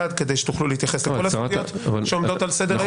כדי שתוכלו להתייחס לכל הסוגיות שעומדות על סדר-היום.